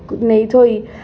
नेईं थ्होई